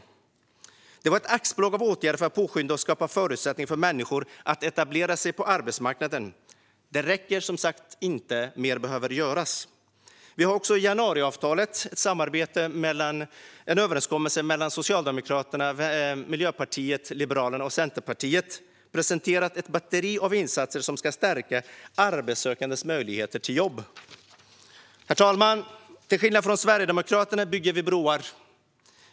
Detta var ett axplock av åtgärder för att påskynda och skapa förutsättningar för människor att etablera sig på arbetsmarknaden. Det räcker som sagt inte. Mer behöver göras. Vi har också i januariavtalet i en överenskommelse mellan Socialdemokraterna, Miljöpartiet, Liberalerna och Centerpartiet presenterat ett batteri av insatser som ska stärka arbetssökandes möjligheter till jobb. Herr talman! Till skillnad från Sverigedemokraterna bygger vi broar.